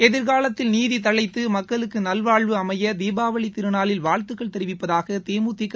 எதிர்காலத்தில் நீதி தழைத்து மக்களுக்கு நல்வாழ்வு அமைய தீபாவளி திருநாளில் வாழ்த்துக்கள் தெரிவிப்பதாக தேமுதிக